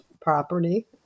property